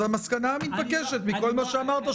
המסקנה מתבקשת מכל מה שאמרת,